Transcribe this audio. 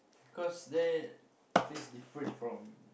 cause there taste different from